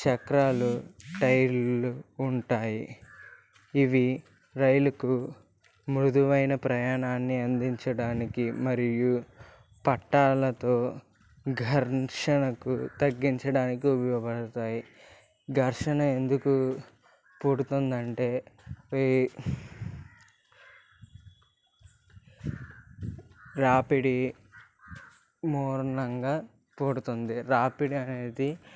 చక్రాలు టైర్లు ఉంటాయి ఇవి రైలుకు మృదువైన ప్రయాణాన్ని అందించడానికి మరియు పట్టాలతో గర్షణకు తగ్గించడానికి ఉపయోగపడతాయి ఘర్షణ ఎందుకు పుడుతుంది అంటే రాపిడి మూలనంగా పుడుతుంది రాపిడి అనేది